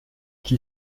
qui